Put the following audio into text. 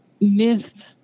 Myth